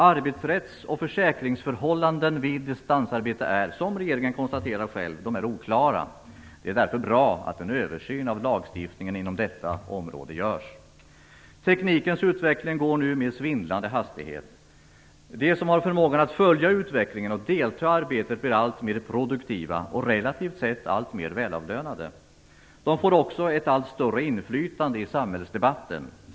Arbetsrätts och försäkringsförhållanden är, som regeringen själv konstaterar, oklara. Det är därför bra att en översyn görs av lagstiftningen inom detta område. Teknikens utveckling går nu med svindlande hastighet. De som har förmågan att följa utvecklingen blir alltmer produktiva och relativt sett alltmer välavlönade. De får också ett allt större inflytande i samhällsdebatten.